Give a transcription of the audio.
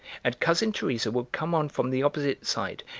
and cousin teresa will come on from the opposite side,